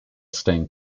staying